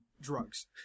Drugs